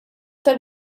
tar